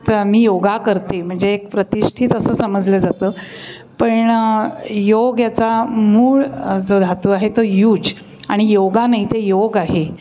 तर मी योगा करते म्हणजे एक प्रतिष्ठित असं समजलं जातं पण योग याचा मूळ जो धातू आहे तो यूज आणि योगा नाही ते योग आहे